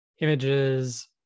images